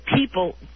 people